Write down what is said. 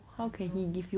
I don't know